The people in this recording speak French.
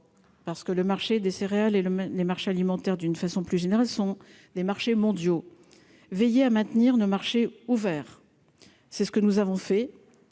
parce que le marché des céréales et le les marchés alimentaires d'une façon plus générale sont des marchés mondiaux veiller à maintenir le marché ouvert, c'est ce que nous avons fait,